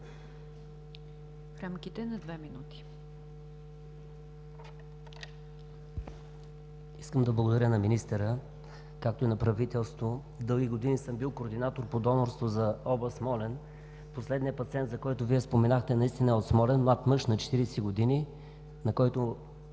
рамките на две минути.